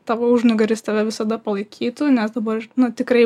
tavo užnugaris tave visada palaikytų nes dabar nu tikrai